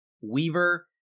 Weaver